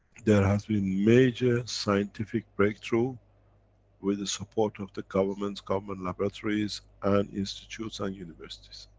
there has been major scientific breakthrough with the support of the governments, government laboratories and institutes, and universities.